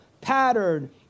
pattern